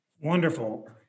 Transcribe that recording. Wonderful